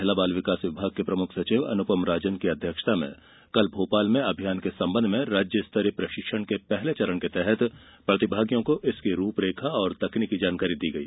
महिला बाल विकास विभाग के प्रमुख सचिव अनुपम राजन की अध्यक्षता में कल भोपाल में अभियान के संबंध में राज्य स्तरीय प्रशिक्षण के पहले चरण में प्रतिभागियों को इसकी रूपरेखा और तकनीकी जानकारी दी गई